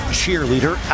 cheerleader